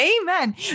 Amen